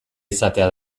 izatea